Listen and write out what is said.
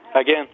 Again